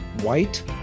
white